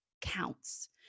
counts